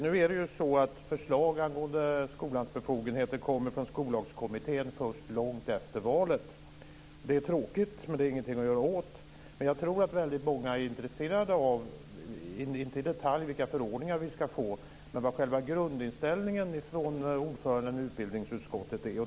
Nu är det så att förslag angående skolans befogenheter kommer från Skollagskommittén först långt efter valet. Det är tråkigt, men det är ingenting att göra åt. Men jag tror att väldigt många är intresserade av, inte i detalj vilka förordningar vi ska få men själva grundinställningen som ordföranden i utbildningsutskottet har.